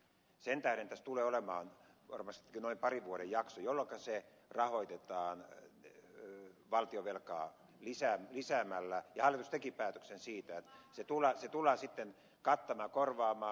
sen tähden tässä tulee olemaan varmastikin noin parin vuoden jakso jolloinka se rahoitetaan valtionvelkaa lisäämällä ja hallitus teki päätöksen siitä että se tullaan sitten kattamaan korvaamaan